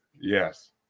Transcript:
Yes